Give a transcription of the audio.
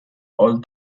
all